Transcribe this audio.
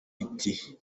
iti